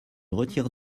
retire